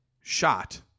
shot